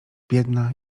biedna